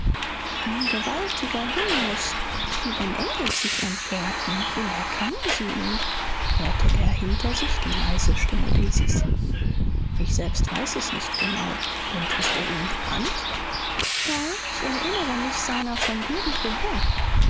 ein gewaltiger hymnus wie wenn engel sich empörten woher kennen sie ihn hörte er hinter sich die leise stimme daisys ich selbst weiß es nicht genau und ist er ihnen bekannt ja ich erinnere mich seiner von irgendwoher